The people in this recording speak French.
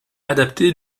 adapté